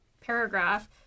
paragraph